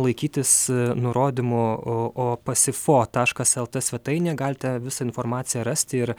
laikytis nurodymų o o pasifo taškas lt svetainėje galite visą informaciją rasti ir